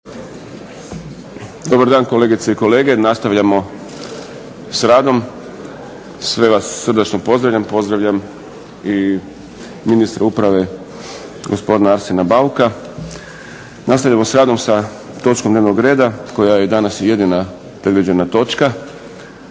Dobar dan kolegice i kolege, nastavljamo s radom. Sve vas srdačno pozdravljam i pozdravljam ministra uprave gospodina Arsena Bauka. Nastavljamo s radom s točkom dnevnog reda koja je danas jedina predviđana točka,